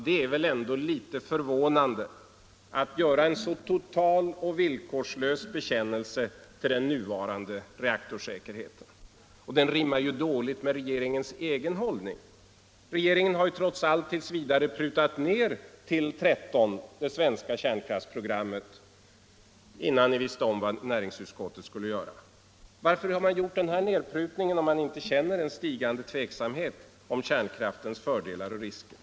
Det är väl ändå litet förvånande att industriministern gör en så total och villkorslös bekännelse till den nuvarande reaktorsäkerheten. Den rimmar ju illa med regeringens egen hållning. Regeringen har trots allt tills vidare prutat ned antalet till 13 i det svenska kärnkraftsprogrammet innan den visste om vad näringsutskottet skulle göra. Varför har man gjort den här nedprutningen om man inte känner en stigande tveksamhet inför kärnkraftens fördelar och risker?